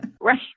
Right